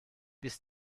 bis